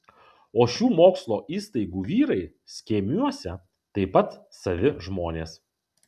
o šių mokslo įstaigų vyrai skėmiuose taip pat savi žmonės